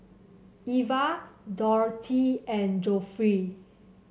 Iva Dorthy and Geoffrey